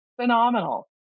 phenomenal